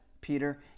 Peter